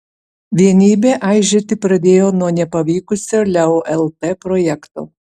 vienybė aižėti pradėjo nuo nepavykusio leo lt projekto